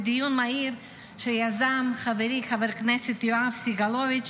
בדיון מהיר שיזם חברי חבר הכנסת יואב סגלוביץ'